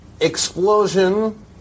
explosion